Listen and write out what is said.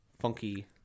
funky